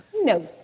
No